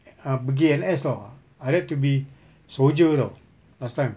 ah pergi N_S tahu ah I like to be soldier tahu last time